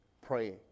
praying